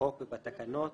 בחוק ובתקנות,